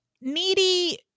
Needy